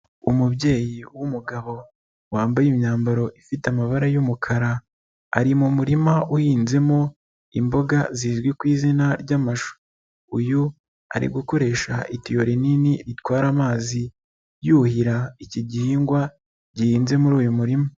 Umubyeyi w'umugabo wambaye imyambaro ifite amabara y'umukara. Ari mu murima uhinzemo imboga zizwi ku izina ry'amashu. Uyu ari gukoresha itiyo rinini ritwara amazi, yuhira iki gihingwa gihinze muri uyu murima.